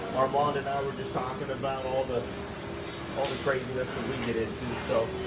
armand and i were just talking about all but all the craziness that we get into. so,